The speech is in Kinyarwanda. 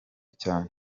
cyane